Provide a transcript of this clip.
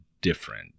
different